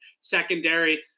secondary